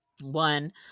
One